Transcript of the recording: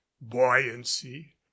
buoyancy